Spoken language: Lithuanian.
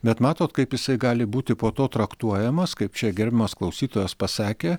bet matot kaip jisai gali būti po to traktuojamas kaip čia gerbiamas klausytojas pasakė